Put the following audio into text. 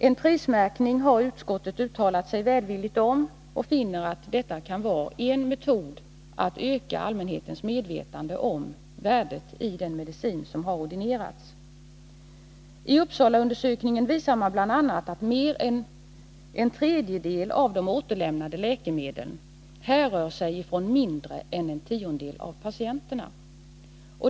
En prismärkning har utskottet uttalat sig välvilligt om och finner att det kan vara en metod att öka allmänhetens medvetande om värdet av den medicin som har ordinerats. I Uppsalaundersökningen visar man bl.a. att mer än en tredjedel av de återlämnade läkemedlen härrör från mindre än en tiondel av patienterna.